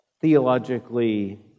theologically